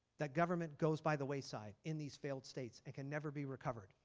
that government goes by the wayside in these failed states and can never be recovered